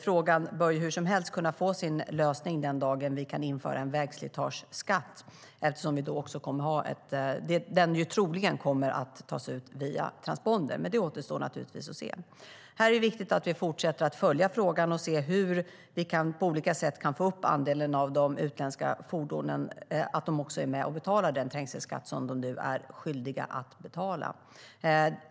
Frågan bör hur som helst kunna få sin lösning den dagen vi kan införa en vägslitageskatt, eftersom den troligen kommer att tas ut via transponder. Men det återstår naturligtvis att se. Här är det viktigt att vi fortsätter att följa frågan och ser hur vi på olika sätt kan få upp andelen utländska fordon som är med och betalar den trängselskatt som de nu är skyldiga att betala.